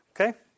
Okay